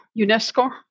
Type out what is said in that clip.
UNESCO